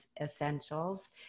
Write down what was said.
Essentials